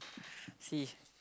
see